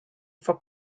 for